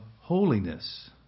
holiness